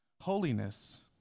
holiness